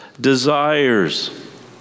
desires